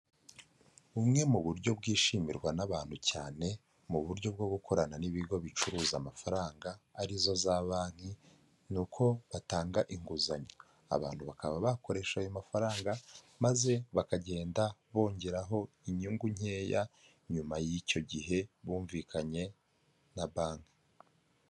Bumwe mu buryo bwishimirwa n'abantu cyane mu buryo bwo gukorana n'ibigo bicuruza amafaranga arizo za banki ni uko batanga inguzanyo, abantu bakaba bakoresha ayo mafaranga maze bakagenda bongeraho inyungu nkeya nyuma y'icyo gihe bumvikanye na banki.